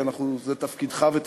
כי זה תפקידך ותפקידי.